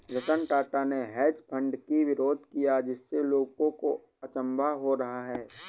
रतन टाटा ने hedge fund की विरोध किया जिससे लोगों को अचंभा हो रहा है